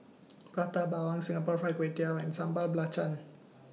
Prata Bawang Singapore Fried Kway Tiao and Sambal Belacan